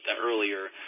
earlier